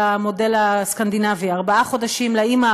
המודל הסקנדינבי: ארבעה חודשים לאימא,